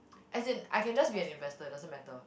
as in I can just be an investor doesn't matter